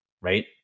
right